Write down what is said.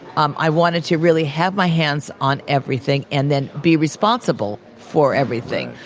um i wanted to really have my hands on everything and then be responsible for everything.